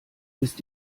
ist